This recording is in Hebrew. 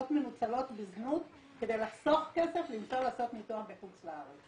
מנוצלות בזכות כדי לחסוך כסף לנסוע לעשות ניתוח בחוץ לארץ,